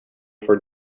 for